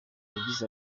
yagize